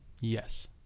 Yes